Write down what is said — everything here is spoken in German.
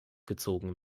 gezogen